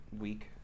week